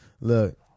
Look